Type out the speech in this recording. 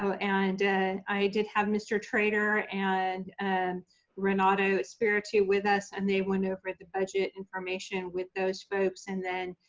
so and i did have mr. trader and and renato espiritu with us and they went over the budget information with those folks. and then,